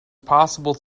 possible